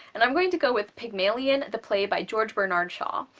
and i am going to go with pygmalion, the play by george bernard shaw.